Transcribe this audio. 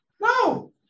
No